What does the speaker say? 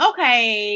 Okay